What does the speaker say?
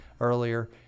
earlier